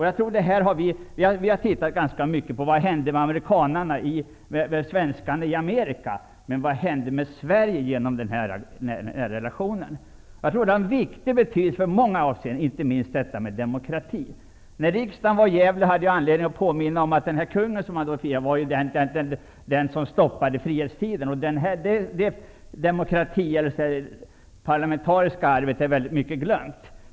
Vi har tittat ganska mycket på vad som hände med svenskarna i Amerika, men vad hände med Sverige genom denna relation? Jag tror att den har haft stor betydelse i många avseenden, inte minst för demokratin. När riksdagen i juni var i Gävle hade jag anledning att påminna om den kung som gjorde slut på frihetstiden. Den tidens parlamentariska arbete är i stor utsträckning bortglömt.